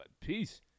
peace